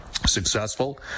successful